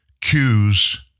cues